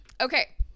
Okay